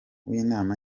w’inama